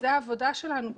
זו העבודה שלנו בחיים.